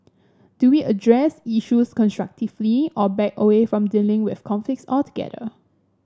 do we address issues constructively or back away from dealing with conflict altogether